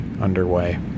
underway